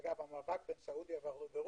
אגב, המאבק בין סעודיה ורוסיה